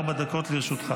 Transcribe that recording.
ארבע דקות לרשותך.